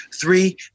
three